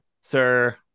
sir